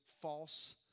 false